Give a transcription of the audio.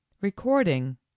recording